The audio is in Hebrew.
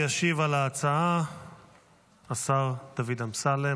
ישיב על ההצעה השר דוד אמסלם,